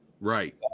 right